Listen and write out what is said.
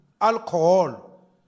Alcohol